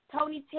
Tony